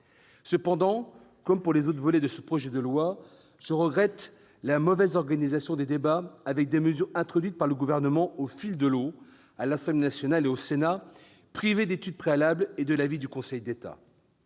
Cependant, comme pour les autres volets de ce projet de loi, je regrette la mauvaise organisation des débats, avec des mesures introduites par le Gouvernement au fil de l'eau, à l'Assemblée nationale et au Sénat, privées d'étude préalable et de l'avis du Conseil d'État.